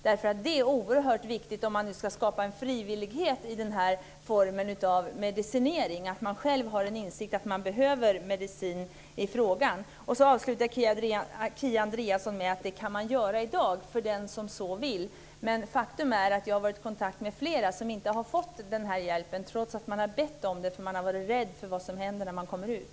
Det är nämligen oerhört viktigt, om man nu ska skapa en frivillighet när det gäller den här formen av medicinering, att människor själva har en insikt om behovet av medicin. Kia Andreasson avslutade med att säga att medicinering i dag kan användas av den som så vill. Men faktum är att jag har varit i kontakt med flera som inte har fått den hjälpen, trots att de har bett om den därför att de har varit rädda för vad som ska hända när de kommer ut.